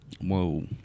Whoa